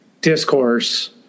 discourse